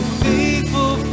faithful